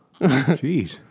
Jeez